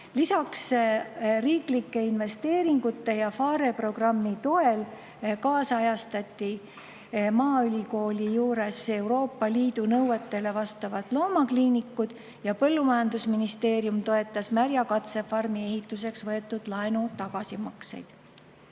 riiklike investeeringute ja PHARE programmi toel maaülikooli juures Euroopa Liidu nõuetele vastavad loomakliinikud ja põllumajandusministeerium toetas Märja katsefarmi ehituseks võetud laenu tagasimakseid.